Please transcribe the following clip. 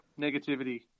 negativity